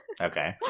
okay